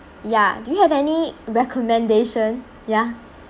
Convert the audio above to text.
ya do you have any recommendation ya